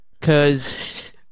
cause